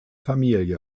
familie